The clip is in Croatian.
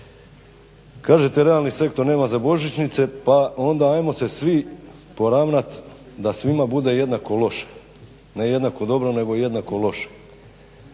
kažete realni sektor nema za božićnice pa onda ajmo se svi poravnati da svima bude jednako loše. Ne jednako dobro, nego jednako loše.